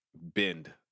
bend